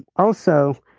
also,